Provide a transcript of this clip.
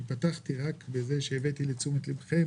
אני פתחתי רק בזה שהבאתי לתשומת ליבכם